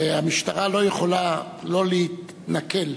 והמשטרה לא יכולה להתנכל,